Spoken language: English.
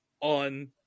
on